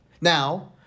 Now-